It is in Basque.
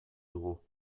dugu